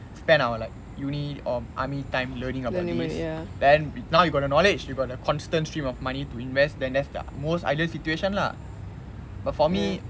spend our like uni or army time learning about this then now you got the knowledge you got the constant stream of money to invest then that's the most ideal situation lah but for me